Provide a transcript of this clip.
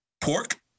Pork